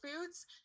foods